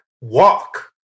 walk